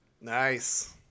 nice